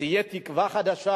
תהיה תקווה חדשה.